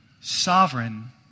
Sovereign